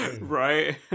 Right